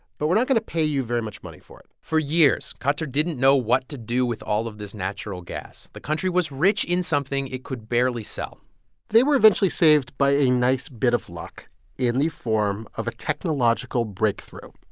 but we're not going to pay you very much money for it for years, qatar didn't know what to do with all of this natural gas. the country was rich in something it could barely sell they were eventually saved by a nice bit of luck in the form of a technological breakthrough,